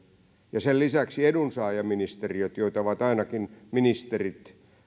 ja sen lisäksi edunsaajaministeriöt joita ovat ainakin ministerien